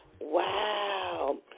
Wow